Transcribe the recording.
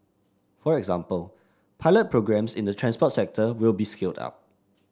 for example pilot programmes in the transport sector will be scaled up